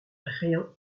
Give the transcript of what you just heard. rien